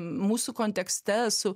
mūsų kontekste su